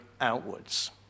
outwards